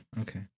Okay